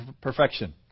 perfection